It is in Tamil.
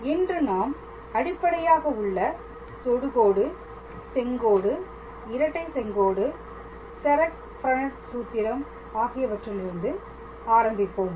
இன்று நாம் அடிப்படையாக உள்ள தொடுகோடு செங்கோடு இரட்டை செங்கோடு செரட் பிரனட் சூத்திரம் ஆகியவற்றிலிருந்து ஆரம்பிப்போம்